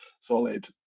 solid